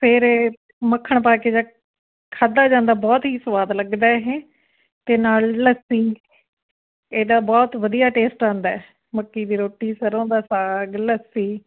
ਫਿਰ ਇਹ ਮੱਖਣ ਪਾ ਕੇ ਜਦ ਖਾਧਾ ਜਾਂਦਾ ਬਹੁਤ ਹੀ ਸਵਾਦ ਲੱਗਦਾ ਇਹ ਅਤੇ ਨਾਲ਼ ਲੱਸੀ ਇਹਦਾ ਬਹੁਤ ਵਧੀਆ ਟੇਸਟ ਆਉਂਦਾ ਮੱਕੀ ਦੀ ਰੋਟੀ ਸਰ੍ਹੋਂ ਦਾ ਸਾਗ ਲੱਸੀ